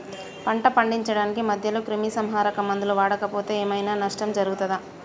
పంట పండించడానికి మధ్యలో క్రిమిసంహరక మందులు వాడకపోతే ఏం ఐనా నష్టం జరుగుతదా?